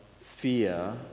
fear